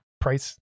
price